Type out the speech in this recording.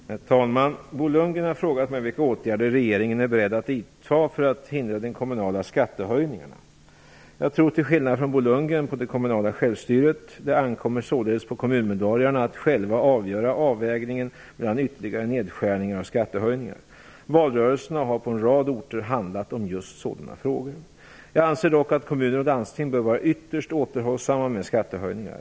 Herr talman! Bo Lundgren har frågat mig vilka åtgärder regeringen är beredd att vidta för att hindra de kommunala skattehöjningarna. Jag tror till skillnad från Bo Lundgren på det kommunala självstyret. Det ankommer således på kommunmedborgarna att själva avgöra avvägningen mellan ytterligare nedskärningar och skattehöjningar. Valrörelserna har på en rad orter handlat om just sådana frågor. Jag anser dock att kommuner och landsting bör vara ytterst återhållsamma med skattehöjningar.